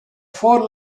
four